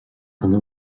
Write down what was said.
dhuine